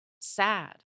sad